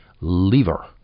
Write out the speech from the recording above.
lever